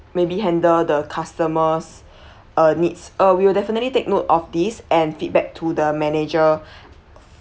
maybe handle the customer's uh needs uh we would definitely take note of this and feedback to the manager